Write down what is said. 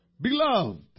Beloved